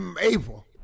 April